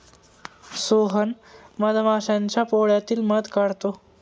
सोहन मधमाश्यांच्या पोळ्यातील मध काढतो